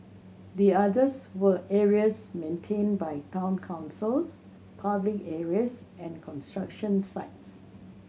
the others were areas maintained by town councils public areas and construction sites